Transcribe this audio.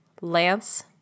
Lance